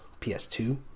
ps2